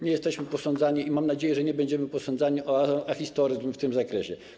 Nie jesteśmy posądzani - i mam nadzieję, że nie będziemy posądzani - o ahistoryzm w tym zakresie.